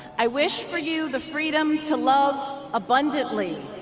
i wish for you the freedom to love abundantly.